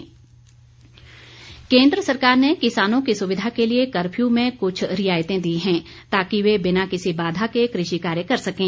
उपायुक्त मण्डी केन्द्र सरकार ने किसानों की सुविधा के लिए कर्फ्यू में कुछ रियायतें दी हैं ताकि वे बिना किसी बाधा के कृषि कार्य कर सकें